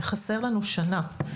חסר לנו שנה.